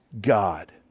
God